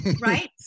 Right